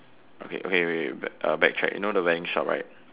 okay okay wait wait wait back uh backtrack you know the wedding shop right